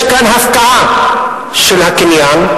יש כאן הפקעה של הקניין,